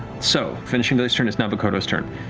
so finishing vilya's turn, it's now vokodo's turn.